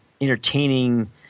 entertaining